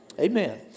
Amen